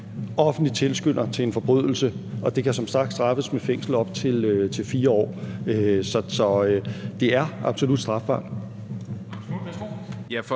offentlig tilskynder til forbrydelse«, og det kan som sagt straffes med fængsel i op til 4 år. Så det er absolut strafbart.